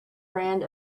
brand